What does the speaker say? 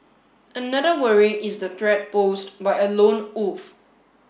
another worry is the threat posed by a lone wolf